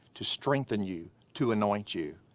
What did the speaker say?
to strengthen you, to anoint you.